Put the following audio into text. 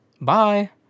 bye